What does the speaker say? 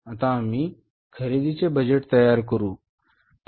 आता आम्ही खरेदीचे बजेट तयार करू